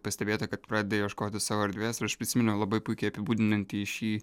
pastebėta kad pradėda ieškoti savo erdvės ir aš prisiminiau labai puikiai apibūdinantį šį